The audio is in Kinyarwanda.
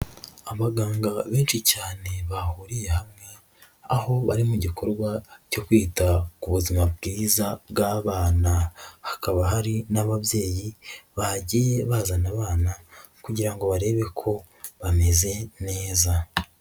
Abaganga benshi cyane bahuriye hamwe, aho bari mu gikorwa cyo kwita ku buzima bwiza bw'abana. Hakaba hari n'ababyeyi bagiye bazana abana kugira ngo barebe ko bameze neza.